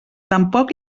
tampoc